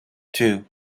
two